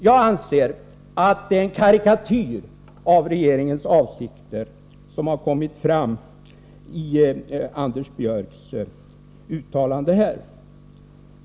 Jag anser att det är en karikatyr av regeringens avsikter som har kommit fram i Anders Björcks uttalanden här.